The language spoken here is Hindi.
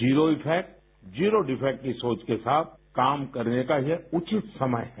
जीरो इफेक्ट जीरो डिफेक्ट की सोच के साथ काम करने का ये उचित समय है